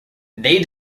they